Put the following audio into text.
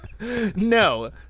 No